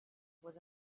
was